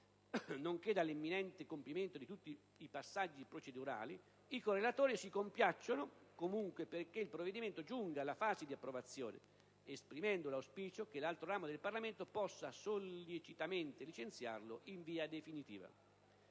nonché dell'imminente compimento di tutti i passaggi procedurali, i correlatori si compiacciono comunque che il provvedimento giunga alla fase di approvazione, esprimendo l'auspicio che l'altro ramo del Parlamento possa sollecitamente licenziarlo in via definitiva.